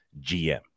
gm